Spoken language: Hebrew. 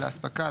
להספקה,